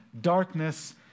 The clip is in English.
darkness